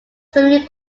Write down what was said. swimming